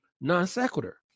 non-sequitur